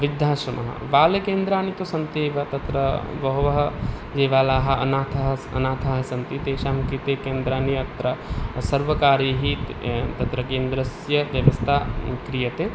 वृद्धाश्रमः बालकेन्द्राणि तु सन्ति एव तत्र बहवः नेवालाः अनाथाः स् अनाथाः सन्ति तेषां कृते केन्द्राणि अत्र सर्वकारैः त तत्र केन्द्रस्य व्यवस्था क्रियते